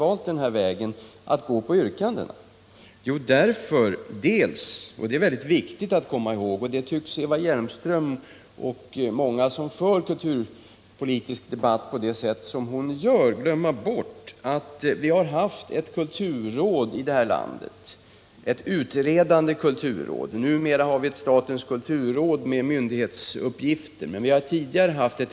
Det beror bl.a. på att vi — och detta är det mycket viktigt att komma ihåg, men det tycks Eva Hjelmström och många andra som för kulturpolitisk debatt på det sätt som hon gör glömma bort — tidigare haft ett utredande kulturråd i det här landet. Numera har vi ett statens kulturråd med myndighetsuppgifter.